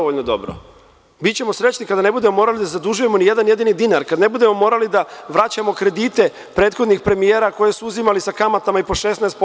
Bićemo srećni kada ne budemo morali da zadužujemo ni jedan jedini dinar, kad ne budemo morali da vraćamo kredite prethodnih premijera koje su uzimali sa kamatama o 16%